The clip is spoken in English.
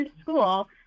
school